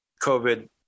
COVID